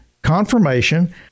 Confirmation